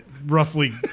roughly